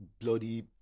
bloody